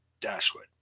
Dashwood